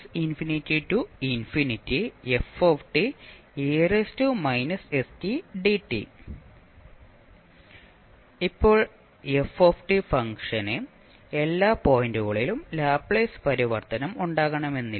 ഇപ്പോൾ f ഫംഗ്ഷന് എല്ലാ പോയിന്റുകളിലും ലാപ്ലേസ് പരിവർത്തനം ഉണ്ടാകണമെന്നില്ല